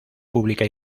pública